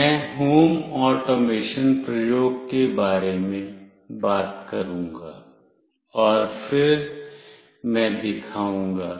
मैं home automation प्रयोग के बारे में बात करूंगा और फिर मैं दिखाऊंगा